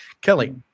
Kelly